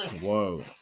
Whoa